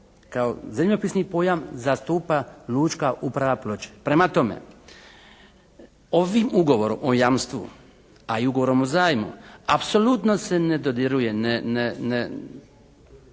kao zemljopisni pojam zastupa lučka uprava Ploče. Prema tome ovim Ugovorom o jamstvu a i Ugovorom o zajmu apsolutno se ne dodiruje, ne, ne